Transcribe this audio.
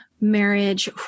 marriage